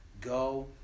Go